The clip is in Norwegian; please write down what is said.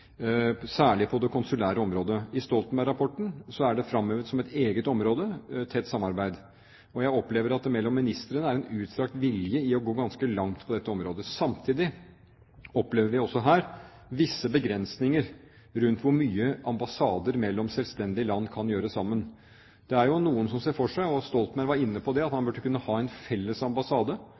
særlig på det konsulære området. I Stoltenberg-rapporten er tett samarbeid fremhevet som et eget område. Jeg opplever at det mellom ministrene er en utstrakt vilje til å gå ganske langt på dette området. Samtidig opplever vi også her visse begrensninger for hvor mye ambassader mellom selvstendige land kan gjøre sammen. Det er noen som ser for seg – Stoltenberg var inne på det – at man burde kunne ha en felles ambassade